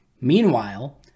Meanwhile